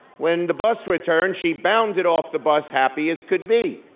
when the bus returned, she bounded off the bus, happy as could be.